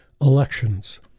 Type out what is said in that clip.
elections